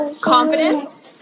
confidence